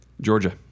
Georgia